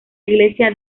iglesia